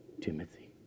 Timothy